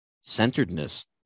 centeredness